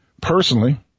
Personally